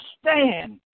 stand